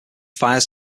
fires